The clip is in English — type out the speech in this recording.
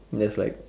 that's like